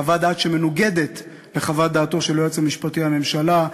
חוות דעת שמנוגדת לחוות דעתו של היועץ המשפטי לממשלה.